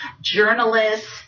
journalists